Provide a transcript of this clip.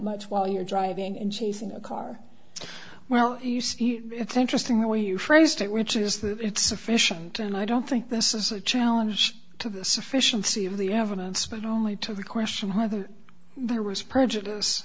much while you're driving and chasing a car well it's interesting the way you phrased it which is that it's sufficient and i don't think this is a challenge to the sufficiency of the evidence but only to the question have the virus prejudice